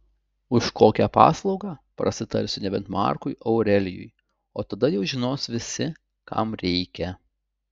už kokią paslaugą prasitarsiu nebent markui aurelijui o tada jau žinos visi kam reikia